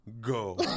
go